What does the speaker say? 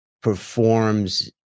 performs